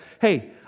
hey